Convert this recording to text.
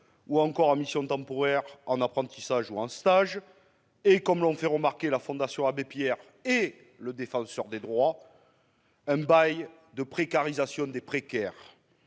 ou encore en mission temporaire, en apprentissage ou en stage, est, comme l'ont fait remarquer la Fondation Abbé Pierre et le Défenseur des droits, un bail de précarisation des précaires.